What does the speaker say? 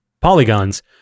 polygons